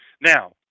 Now